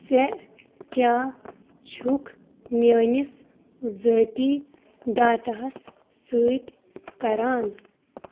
ژےٚ کیٛاہ چھُکھ میٛٲنِس ذٲتی ڈاٹاہَس سۭتۍ کَران